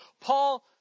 Paul